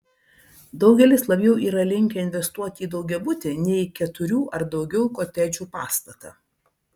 daugelis labiau yra linkę investuoti į daugiabutį nei keturių ar daugiau kotedžų pastatą